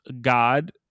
God